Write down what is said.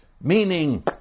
meaning